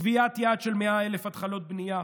קביעת יעד של 100,000 התחלות בנייה.